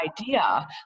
idea